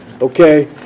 okay